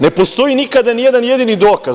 Ne postoji nikada ni jedan jedini dokaz.